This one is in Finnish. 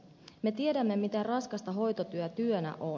me tiedämme miten raskasta hoitotyö työnä on